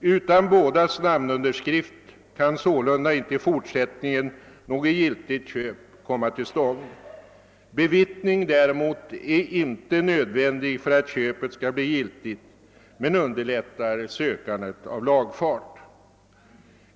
Utan bådas namnunderskrift kan således inte i fortsättningen något giltigt köp komma till stånd. Bevittning är däremot inte nödvändig för att köpet skall bli giltigt, men underlättar sökandet av lagfart.